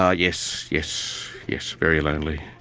ah yes, yes, yes, very lonely.